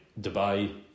Dubai